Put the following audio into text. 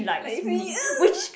like me